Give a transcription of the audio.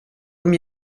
dem